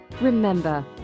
Remember